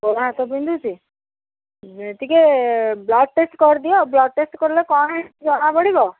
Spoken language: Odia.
ଗୋଡ଼ ହାତ ବିନ୍ଧୁଛି ଟିକେ ବ୍ଲଡ଼୍ ଟେଷ୍ଟ୍ କରିଦିଅ ବ୍ଲଡ଼୍ ଟେଷ୍ଟ୍ କରିଲେ କ'ଣ ହେଇଛି ଜଣାପଡ଼ିବ